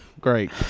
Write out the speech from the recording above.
great